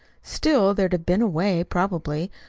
still there'd have been a way, probably.